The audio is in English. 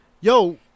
yo